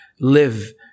live